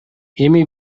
эми